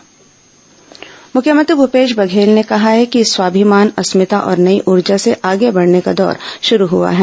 लोकवाणी मुख्यमंत्री भूपेश बघेल ने कहा है कि स्वाभिमान अस्मिता और नई ऊर्जा से आगे बढ़ने का दौर शुरू हुआ है